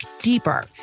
deeper